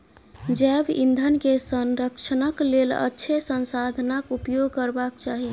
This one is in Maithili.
जैव ईंधन के संरक्षणक लेल अक्षय संसाधनाक उपयोग करबाक चाही